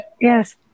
Yes